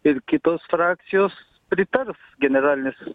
ir kitos frakcijos pritars generalinės